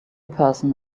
person